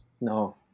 No